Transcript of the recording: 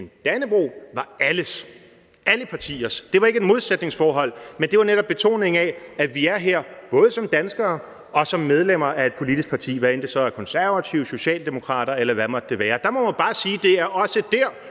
Dannebrog var alles – alle partiers. Det var ikke et modsætningsforhold, men det var netop betoningen af, at vi er her, både som danskere og som medlemmer af et politisk parti, hvadenten det så er Konservative, Socialdemokraterne, eller hvad det måtte være. Der må man bare sige, at det også dér